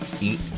eat